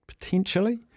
Potentially